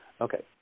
Okay